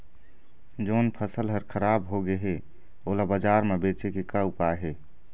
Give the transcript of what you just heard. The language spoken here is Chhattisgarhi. जोन फसल हर खराब हो गे हे, ओला बाजार म बेचे के का ऊपाय हे?